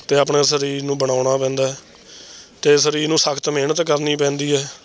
ਅਤੇ ਆਪਣੇ ਸਰੀਰ ਨੂੰ ਬਣਾਉਣਾ ਪੈਂਦਾ ਹੈ ਅਤੇ ਸਰੀਰ ਨੂੰ ਸਖ਼ਤ ਮਿਹਨਤ ਕਰਨੀ ਪੈਂਦੀ ਹੈ